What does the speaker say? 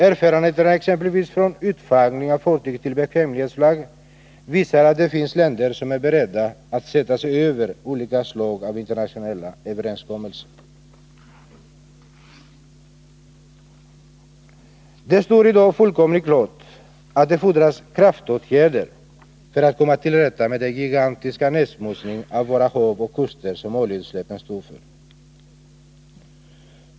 Erfarenheterna från exempelvis utflaggning av fartyg till bekvämlighetsflagg visar att det finns länder som är beredda att sätta sig över olika slag av internationella överenskommelser. Det står i dag fullkomligt klart att det fordras kraftåtgärder för att vi skall komma till rätta med den gigantiska nedsmutsning av våra hav och kuster som oljeutsläppen står för.